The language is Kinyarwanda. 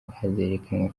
hazerekanwa